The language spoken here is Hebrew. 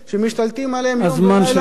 הזמן שלך מתחיל עכשיו.